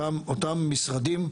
אותם משרדים,